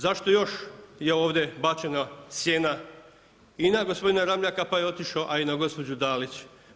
Zašto još je ovdje bačena sjena i na gospodina Ramljaka, pa je otišao, a i na gospođu Dalić?